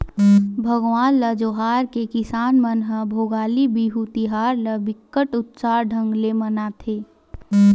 भगवान ल जोहार के किसान मन ह भोगाली बिहू तिहार ल बिकट उत्साह ढंग ले मनाथे